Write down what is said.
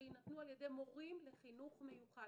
שיינתנו על ידי מורים לחינוך מיוחד.